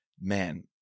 Man